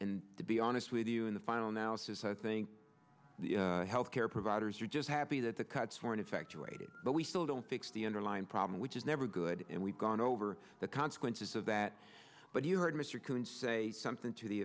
and to be honest with you in the final analysis i think the health care providers are just happy that the cuts were in fact rated but we still don't fix the underlying problem which is never good and we've gone over the consequences of that but you heard mr cohen say something to the